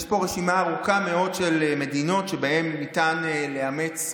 יש פה רשימה ארוכה מאוד של מדינות שבהן ניתן לאמץ,